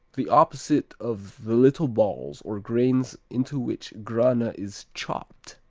the opposite of the little balls or grains into which grana is chopped.